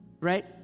right